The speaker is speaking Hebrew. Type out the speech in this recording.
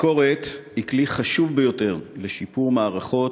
ביקורת היא כלי חשוב ביותר לשיפור מערכות